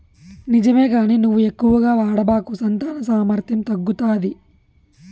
నిజమే కానీ నువ్వు ఎక్కువగా వాడబాకు సంతాన సామర్థ్యం తగ్గుతాది